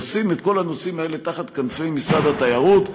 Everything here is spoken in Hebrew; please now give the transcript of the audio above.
נשים את כל הנושאים האלה תחת כנפי משרד התיירות,